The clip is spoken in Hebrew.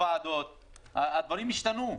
הדברים השתנו.